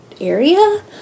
area